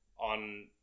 On